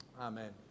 Amen